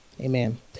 Amen